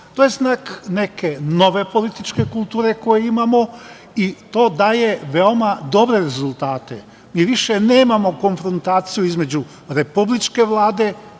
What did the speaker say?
To je znak neke nove političke kulture koju imamo i to daje veoma dobre rezultate. Mi više nemamo konfrontaciju između republičke Vlade,